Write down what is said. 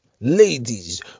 Ladies